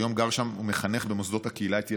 כיום אתה גר שם ומחנך במוסדות הקהילה את ילדיך.